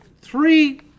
three